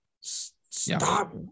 Stop